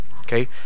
okay